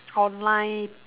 online